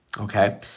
Okay